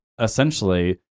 essentially